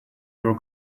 your